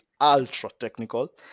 ultra-technical